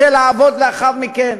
רוצה לעבוד לאחר מכן,